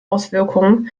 auswirkungen